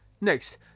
Next